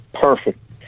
Perfect